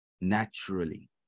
naturally